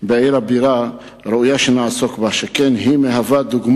בעיר הבירה, ראויה שנעסוק בה, שכן היא דוגמה,